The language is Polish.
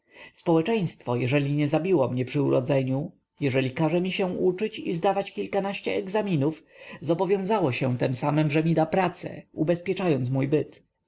społeczeństwo jeżeli nie zabiło mnie przy urodzeniu jeżeli każe mi się uczyć i zdawać kilkanaście egzaminów zobowiązało się tem samem że mi da pracę ubezpieczającą mój byt